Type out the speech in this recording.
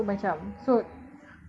to certain things